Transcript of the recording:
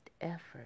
effort